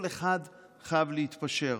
כל אחד חייב להתפשר.